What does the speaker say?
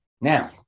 Now